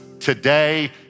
today